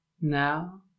Now